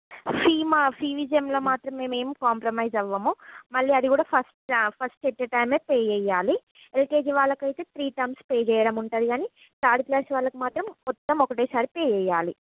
fee మాత్రం fee విషయంలో మాత్రం మేము ఏమి కాంప్రమైజ్ అవ్వము మళ్ళీ అది కూడా ఫస్ట్ ఫస్ట్ ఎట్ ఆ టైమే పే చేయాలి ఎల్కేజీ వాళ్ళకి అయితే త్రీ టర్మ్స్ పే చేయడం ఉంటుంది కానీ థర్డ్ క్లాస్ వాళ్ళకు మాత్రం మొత్తం ఒకటే సారి పే చేయాలి